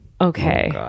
Okay